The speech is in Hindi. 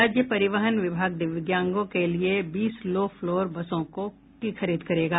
राज्य परिवहन विभाग दिव्यांगों के लिए बीस लो फ्लोर बसों की खरीद करेगा